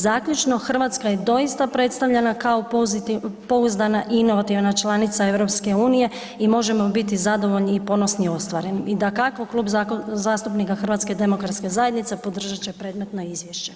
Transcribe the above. Zaključno, Hrvatska je doista predstavljena kao pouzdana i inovativna članica EU i možemo biti zadovoljni i ponosni ostvarenim i dakako Klub zastupnika HDZ-a podržat će predmetno izvješće.